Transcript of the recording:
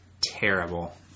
terrible